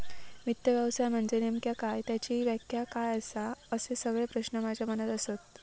वित्त व्यवसाय म्हनजे नेमका काय? त्याची व्याख्या काय आसा? असे सगळे प्रश्न माझ्या मनात आसत